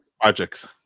Projects